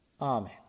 Amen